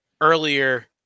earlier